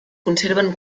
conserven